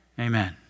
Amen